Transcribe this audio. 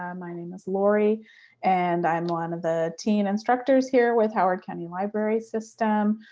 um my name is lori and i'm one of the teen instructors here with howard county library system.